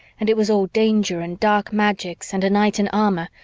and it was all danger and dark magics and a knight in armor,